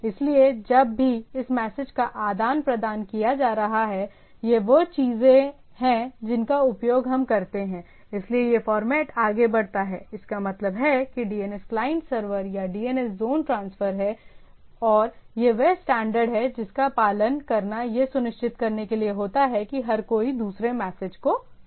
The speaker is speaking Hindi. इसलिए जब भी इस मैसेज का आदान प्रदान किया जा रहा है ये वो चीजें हैं जिनका उपयोग हम करते हैं इसलिए यह फॉर्मेट आगे बढ़ता है इसका मतलब है कि DNS क्लाइंट सर्वर या DNS ज़ोन ट्रांसफ़र हैं और यह वह स्टैंडर्ड है जिसका पालन करना यह सुनिश्चित करने के लिए होता है कि हर कोई दूसरे मैसेज को समझे